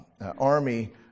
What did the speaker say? army